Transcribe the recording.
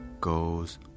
goes